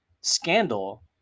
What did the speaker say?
scandal